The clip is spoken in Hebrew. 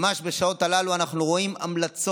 ממש בשעות הללו אנחנו רואים המלצות